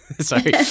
Sorry